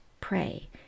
pray